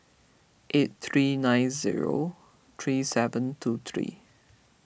eight three nine zero three seven two three